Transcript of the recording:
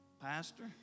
Pastor